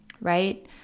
right